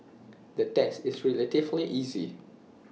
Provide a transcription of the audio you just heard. the test is relatively easy